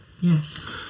Yes